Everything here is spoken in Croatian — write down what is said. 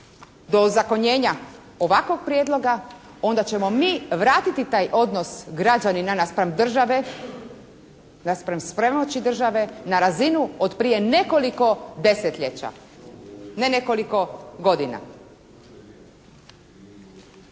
do ozakonjenja ovakvog prijedloga onda ćemo mi vratiti taj odnos građanina naspram države, naspram svemoći države na razinu od prije nekoliko desetljeća. Ne nekoliko godina.